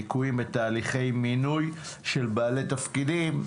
ליקויים בתהליכי מינוי של בעלי תפקידים,